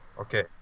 okay